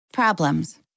Problems